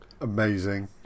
Amazing